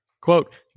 quote